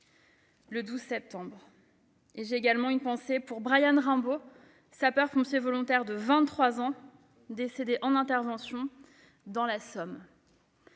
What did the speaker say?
le 12 septembre. J'ai également une pensée pour Bryan Rimbaut, sapeur-pompier volontaire de 23 ans, décédé en intervention dans la Somme.